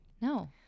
No